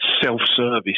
self-service